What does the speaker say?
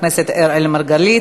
תודה רבה לחבר הכנסת אראל מרגלית.